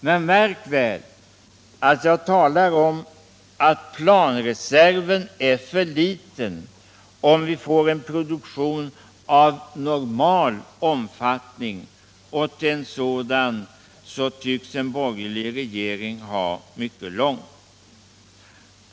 Men märk väl att jag talar om att planreserven är för liten, om vi får en produktion av normal omfattning. Till en sådan tycks en borgerlig regering ha mycket långt.